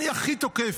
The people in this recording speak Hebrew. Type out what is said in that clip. אני הכי תוקף.